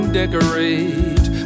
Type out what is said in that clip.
decorate